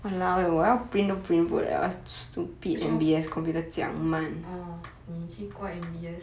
!walao! eh 我要 print 都 print 不了